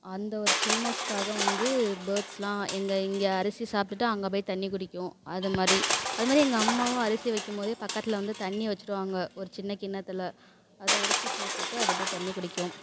அந்த ஒரு சில்னஸ்க்காக வந்து பேர்ட்ஸ்லாம் எங்கே இங்கே அரிசி சாப்பிட்டுட்டு அங்கே போய் தண்ணி குடிக்கும் அதை மாதிரி அது மாதிரி எங்கே அம்மாவும் அரிசி வைக்கும் போது பக்கத்தில் வந்து தண்ணி வச்சிடுவாங்க ஒரு சின்ன கிண்ணத்துதில் அது அரிசி சாப்பிட்டுட்டு அது போய் தண்ணி குடிக்கும்